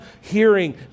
hearing